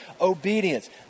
obedience